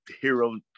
hero